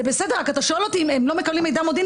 אתה שואל אותי אם הם לא מקבלים מידע מודיעיני?